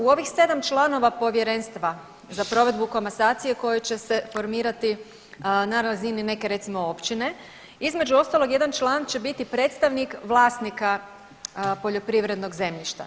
U ovih 7 članova Povjerenstva za provedbu komasacije koje će se formirati na razini neke recimo općine, između ostalog jedan član će biti predstavnik vlasnika poljoprivrednog zemljišta.